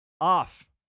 off